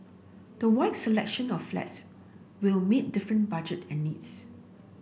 the wide selection of flats will meet different budget and needs